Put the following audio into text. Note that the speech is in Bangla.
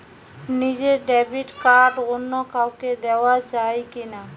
নিজের ডেবিট কার্ড অন্য কাউকে দেওয়া যায় কি না?